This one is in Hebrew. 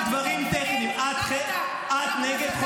את נגד?